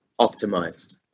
optimized